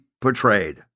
portrayed